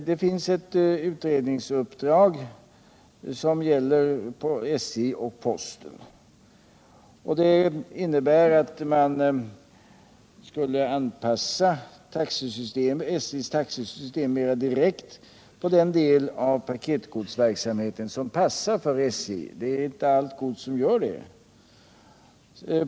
Det finns ett utredningsuppdrag som gäller SJ och posten. Det gäller att anpassa SJ:s taxesystem mera direkt till den del av paketgodsverksamheten som passar för SJ. Inte allt gods gör det.